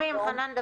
חנן.